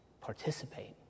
participate